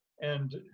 and,